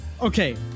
Okay